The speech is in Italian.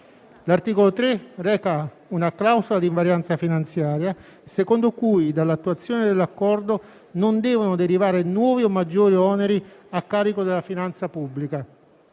L'articolo 3 del testo reca una clausola di invarianza finanziaria, secondo cui dall'attuazione dell'Accordo non devono derivare nuovi o maggiori oneri a carico della finanza pubblica.